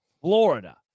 Florida